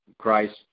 Christ